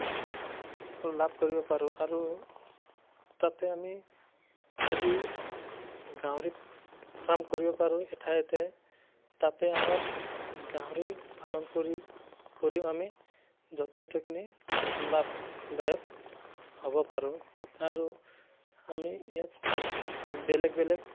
লাভ কৰিব পাৰোঁ আৰু তাতে আমি যদি গাহৰি ফাৰ্ম খুলিব পাৰোঁ এঠাইতে তাতে আমাৰ গাহৰি পালন কৰিও কৰি আমি যথেষ্টখিনি লাভদায়ক হ'ব পাৰোঁ আৰু আমি ইয়াত বেলেগ বেলেগ